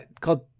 called